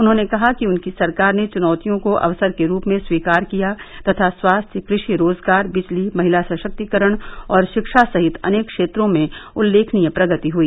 उन्होंने कहा कि उनकी सरकार ने चुनौतियों को अवसर के रूप में स्वीकार किया तथा स्वास्थ्य कृषि रोजगार बिजली महिला सशक्तिकरण और शिक्षा सहित अनेक क्षेत्रों में उल्लेखनीय प्रगति हई